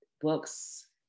books